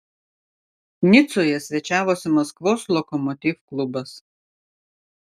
nicoje svečiavosi maskvos lokomotiv klubas